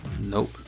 Nope